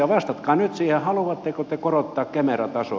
vastatkaa nyt siihen haluatteko te korottaa kemera tasoa